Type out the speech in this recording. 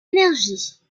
énergie